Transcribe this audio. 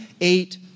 eight